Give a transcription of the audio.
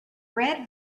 red